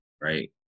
right